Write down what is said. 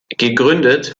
gegründet